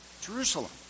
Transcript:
jerusalem